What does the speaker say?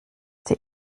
der